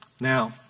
Now